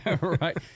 right